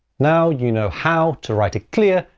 now you know how to write a clear,